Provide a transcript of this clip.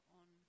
on